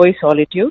solitude